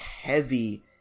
heavy